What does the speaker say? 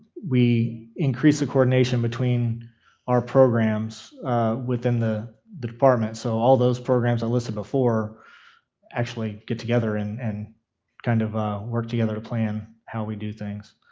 we increase the coordination between our programs within the the department. so, all of those programs i listed before actually get together and and kind of work together to plan how we do things,